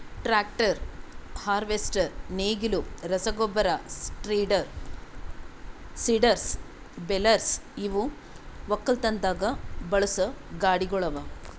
tractor, harvester, ನೇಗಿಲು, ರಸಗೊಬ್ಬರ spreader, seeders, balers ಇವು ಒಕ್ಕಲತನದಾಗ್ ಬಳಸಾ ಗಾಡಿಗೊಳ್ ಅವಾ